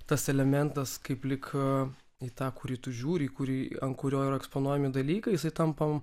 tas elementas kaip lyg į tą kurį tu žiūriį kurį ant kurio eksponuojami dalykai jisai tampa